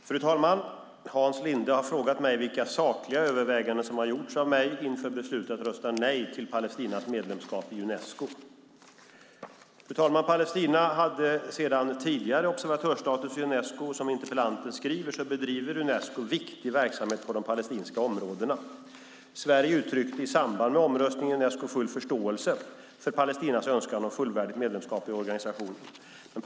Fru talman! Hans Linde har frågat mig vilka sakliga överväganden som har gjorts av mig inför beslutet att rösta nej till Palestinas medlemskap i Unesco. Palestina hade sedan tidigare observatörsstatus i Unesco och som interpellanten skriver bedriver Unesco viktig verksamhet på de palestinska områdena. Sverige uttryckte i samband med omröstningen i Unesco full förståelse för Palestinas önskan om fullvärdigt medlemskap i organisationen.